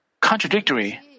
contradictory